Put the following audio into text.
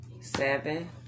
seven